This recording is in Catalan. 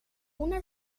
una